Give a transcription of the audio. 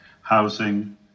housing